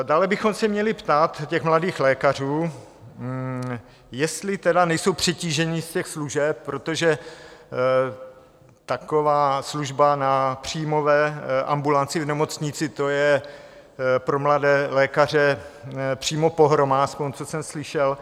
Dále bychom se měli ptát těch mladých lékařů, jestli tedy nejsou přetížení z těch služeb, protože taková služba na příjmové ambulanci v nemocnici je pro mladé lékaře přímo pohroma, jak jsem slyšel.